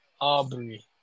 Aubrey